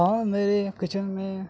ہاں میرے کچن میں